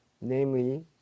namely